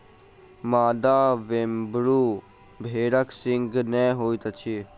मादा वेम्बूर भेड़क सींघ नै होइत अछि